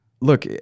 look